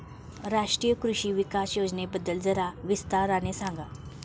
राष्ट्रीय कृषि विकास योजनेबद्दल जरा विस्ताराने सांगा